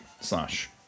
slash